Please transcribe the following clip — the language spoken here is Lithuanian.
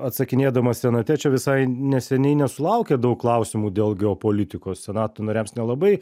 atsakinėdamas senate čia visai neseniai nesulaukė daug klausimų dėl geopolitikos senato nariams nelabai